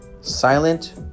silent